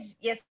yes